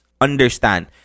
understand